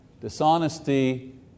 Dishonesty